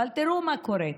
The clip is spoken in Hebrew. אבל תראו מה קורה.